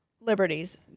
liberties